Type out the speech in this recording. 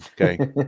okay